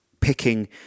picking